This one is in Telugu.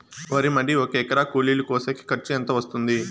వరి మడి ఒక ఎకరా కూలీలు కోసేకి ఖర్చు ఎంత వస్తుంది?